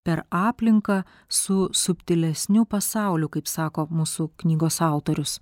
per aplinką su subtilesniu pasauliu kaip sako mūsų knygos autorius